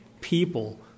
people